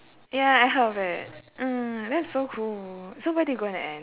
ya I heard of it mm that's so cool so where did you go in the end